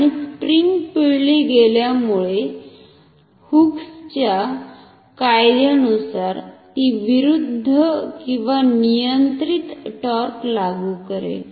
आणि स्प्रिंग पिळली गेल्यामुळे हुकच्याHooke's कायद्यानुसार ती विरुद्ध किंवा नियंत्रित टॉर्क लागु करेल